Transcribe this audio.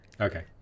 Okay